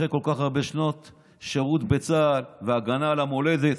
אחרי כל כך הרבה שנות שירות בצה"ל והגנה על המולדת.